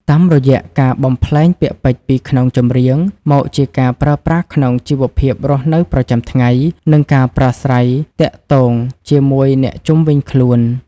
តាមរយៈការបំប្លែងពាក្យពេចន៍ពីក្នុងចម្រៀង មកជាការប្រើប្រាស់ក្នុងជីវភាពរស់នៅប្រចាំថ្ងៃ និងការប្រស្រ័យទាក់ទងជាមូយអ្នកជុំវិញខ្លួន។